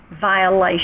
violation